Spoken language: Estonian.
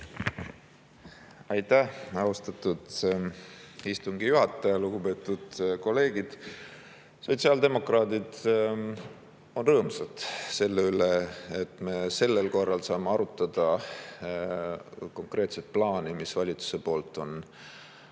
Aitäh, austatud istungi juhataja! Lugupeetud kolleegid! Sotsiaaldemokraadid on rõõmsad selle üle, et me sellel korral saame arutada konkreetset plaani, mille valitsus on